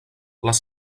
les